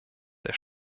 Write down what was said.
der